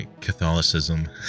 Catholicism